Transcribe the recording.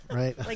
right